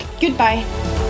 Goodbye